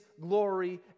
glory